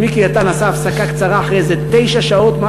אז מיקי איתן עשה הפסקה קצרה אחרי איזה תשע שעות,